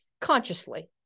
consciously